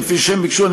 כפי שהם ביקשו.